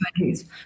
20s